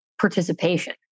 participation